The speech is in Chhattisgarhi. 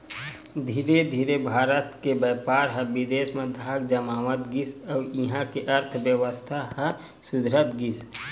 धीरे धीरे भारत के बेपार ह बिदेस म धाक जमावत गिस अउ इहां के अर्थबेवस्था ह सुधरत गिस